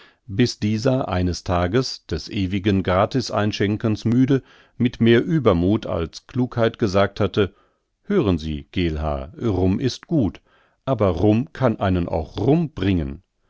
bis dieser eines tages des ewigen gratis einschenkens müde mit mehr übermuth als klugheit gesagt hatte hören sie geelhaar rum ist gut aber rum kann einen auch rum bringen